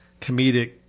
comedic